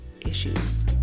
issues